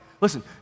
Listen